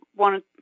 Want